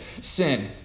sin